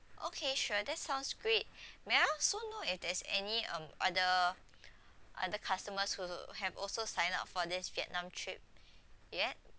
okay sure that sounds great may I also know if there's any um other other customers who have also signed up for this vietnam trip yet